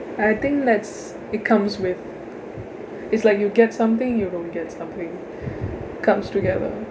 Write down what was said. I think that's it comes with it's like you get something you don't get something comes together